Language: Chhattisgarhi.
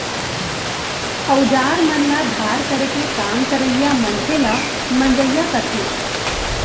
अउजार मन ल धार करे के काम करइया मनसे ल मंजइया कथें